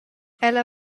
ella